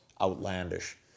outlandish